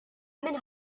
min